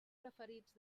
preferits